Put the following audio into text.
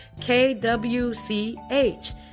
kwch